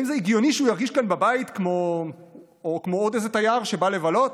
האם זה הגיוני שהוא ירגיש כאן בבית כמו עוד איזה תייר שבא לבלות?